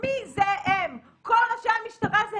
אתה זה שדיווחת על ריטמן ועל ההטרדה המינית כלפי הקצינה צ'.